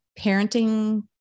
Parenting